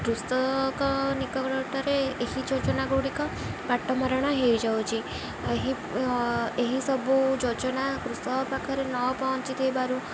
କୃଷକ ନିକଟରେ ଏହି ଯୋଜନା ଗୁଡ଼ିକ ବାଟ ମରଣ ହେଇଯାଉଛି ଏହି ଏହିସବୁ ଯୋଜନା କୃଷକ ପାଖରେ ନ ପହଞ୍ଚିଥିବାରୁ